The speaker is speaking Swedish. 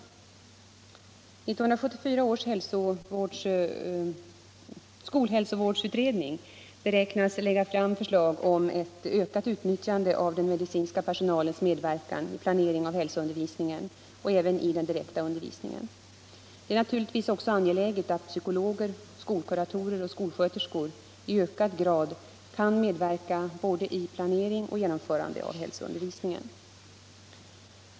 1974 års skolhälsovårdsutredning beräknas lägga fram förslag om ett ökat utnyttjande av den medicinska personalens medverkan i planering av hälsoundervisningen och även i den direkta undervisningen. Det är naturligtvis också angeläget att psykologer, skolkuratorer och skolsköterskor i ökad grad kan medverka i både planering och genomförande av hälsoundervisningen.